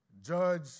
judge